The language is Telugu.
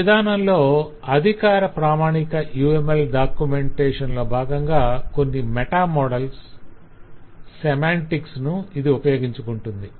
ఆ విధానంలో అధికార ప్రామాణిక UML డాక్యుమెంటేషన్ లో భాగంగా కొన్ని మెటా మోడల్స్ సెమాంటిక్స్ ను ఇది ఉపయోగించుకుంటుంది